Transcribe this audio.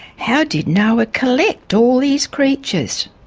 how did noah collect all these creatures?